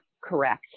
correct